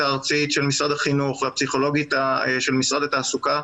הארצית של משרד החינוך והפסיכולוגית של משרד התעסוקה,